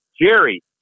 Jerry